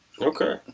Okay